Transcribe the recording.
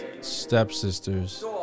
stepsisters